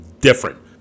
different